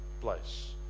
place